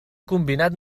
combinat